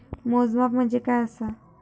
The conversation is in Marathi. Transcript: मोजमाप म्हणजे काय असा?